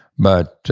but